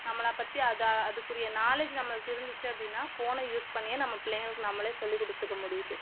நம்மளை பற்றி அதை அதுக்குரிய நாலேஜ் நம்மளுக்கு இருந்துச்சு அப்படின்னா ஃபோனை யூஸ் பண்ணியே நம்ம பிள்ளைங்களுக்கு நம்மளே சொல்லி கொடுத்துக்க முடியுது